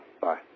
Bye